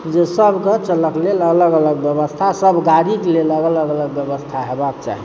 जे सभक चलयक लेल अलग अलग व्यवस्थासभ गाड़ीके अलग अलग व्यवस्था हेबाक चाही